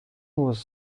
was